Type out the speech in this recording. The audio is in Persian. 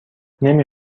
نمی